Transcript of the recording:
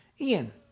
Ian